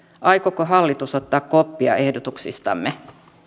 aikooko hallitus ottaa koppia ehdotuksistamme